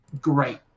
great